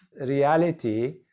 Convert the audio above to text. reality